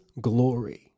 glory